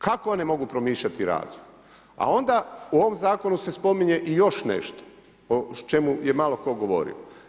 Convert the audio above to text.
Kako one mogu promišljati? ... a onda u ovom zakonu se spominje i još nešto o čemu je malo tko govorio.